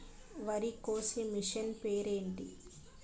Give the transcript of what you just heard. వరి కోసే మిషన్ పేరు ఏంటి